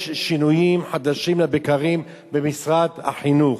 יש שינויים חדשים לבקרים במשרד החינוך.